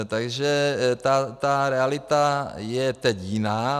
Takže ta realita je teď jiná.